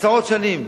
עשרות שנים.